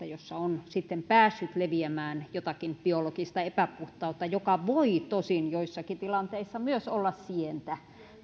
joissa on sitten päässyt leviämään jotakin biologista epäpuhtautta joka voi tosin joissakin tilanteissa myös olla sientä